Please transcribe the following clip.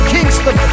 Kingston